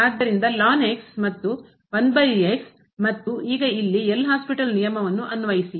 ಆದ್ದರಿಂದ ಮತ್ತು ಮತ್ತು ಈಗ ಇಲ್ಲಿ ಎಲ್ ಹಾಸ್ಪಿಟಲ್ ನಿಯಮವನ್ನು ಅನ್ವಯಿಸಿ